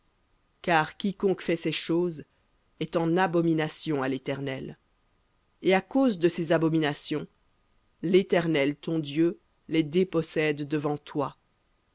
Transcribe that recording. car quiconque fait ces choses est en abomination à l'éternel et à cause de ces abominations l'éternel ton dieu les dépossède devant toi